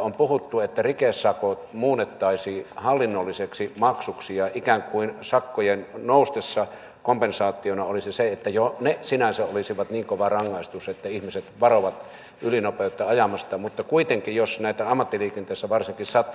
on puhuttu että rikesakot muunnettaisiin hallinnolliseksi maksuksi ja ikään kuin sakkojen noustessa kompensaationa olisi se että ne sinänsä olisivat jo niin kova rangaistus että ihmiset varoisivat ylinopeutta ajamasta mutta jos varsinkin ammattiliikenteessä näitä